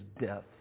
death